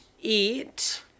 eat